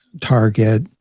target